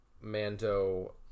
Mando